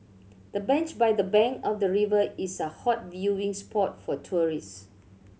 the bench by the bank of the river is a hot viewing spot for tourists